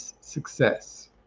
success